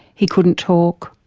he couldn't talk?